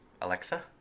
alexa